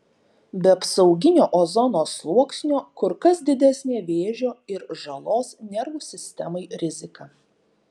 be apsauginio ozono sluoksnio kur kas didesnė vėžio ir žalos nervų sistemai rizika